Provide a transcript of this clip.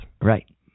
Right